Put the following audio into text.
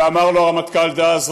ואמר לו הרמטכ"ל דאז,